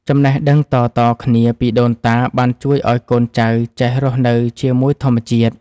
ចំណេះដឹងតៗគ្នាពីដូនតាបានជួយឱ្យកូនចៅចេះរស់នៅជាមួយធម្មជាតិ។